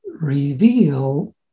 reveal